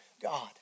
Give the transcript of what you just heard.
God